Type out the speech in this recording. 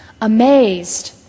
amazed